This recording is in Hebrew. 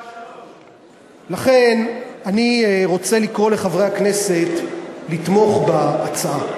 השעה 15:00. לכן אני רוצה לקרוא לחברי הכנסת לתמוך בהצעה.